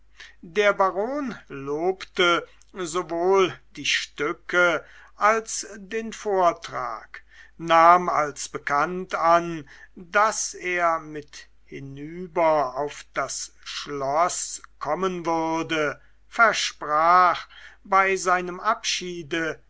der baron lobte sowohl die stücke als den vortrag nahm als bekannt an daß er mit hinüber auf das schloß kommen würde versprach bei seinem abschiede